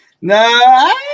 No